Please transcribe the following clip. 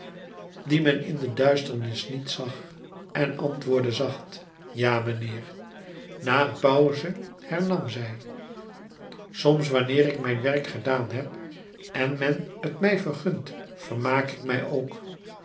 dien men in de duisternis niet zag en antwoordde zacht ja mijnheer na een pauze hernam zij soms wanneer ik mijn werk gedaan heb en men t mij vergunt vermaak ik mij ook